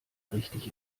richtig